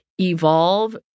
evolve